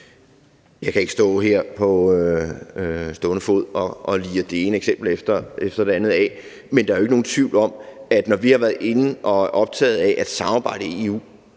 Jeg kan ikke her på stående fod lire det ene eksempel efter det andet af, men der er jo ikke nogen tvivl om, at det, når vi har været inde og være optaget af at samarbejde i EU,